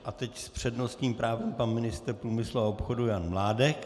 A teď s přednostním právem i ministr průmyslu a obchodu Jan Mládek.